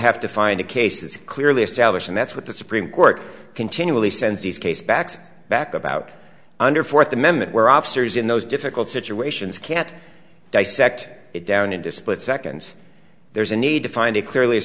have to find a case that's clearly established and that's what the supreme court continually sends these case backs back about under fourth amendment where officers in those difficult situations can't dissect it down into split seconds there's a need to find it clearly